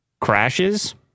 crashes